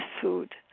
food